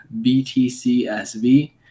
BTCSV